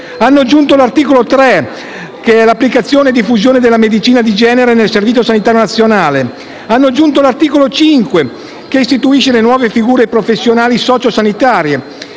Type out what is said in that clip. aggiunto l'articolo 3, concernente l'applicazione e la diffusione della medicina di genere nel Servizio sanitario nazionale. Hanno anche aggiunto l'articolo 5, che istituisce le nuove figure professionali sociosanitarie;